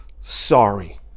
sorry